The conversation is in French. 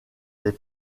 des